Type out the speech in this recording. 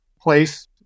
place